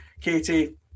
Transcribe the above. Katie